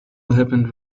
happened